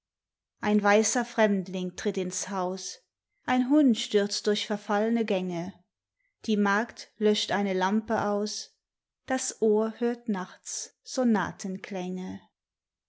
ein weißer fremdling tritt ins haus ein hund stürzt durch verfallene gänge die magd löscht eine lampe aus das ohr hört nachts sonatenklänge